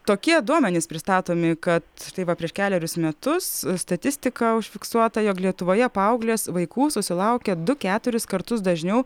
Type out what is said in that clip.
tokie duomenys pristatomi kad tai va prieš kelerius metus statistika užfiksuota jog lietuvoje paauglės vaikų susilaukia du keturis kartus dažniau